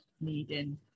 needing